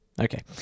Okay